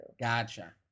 Gotcha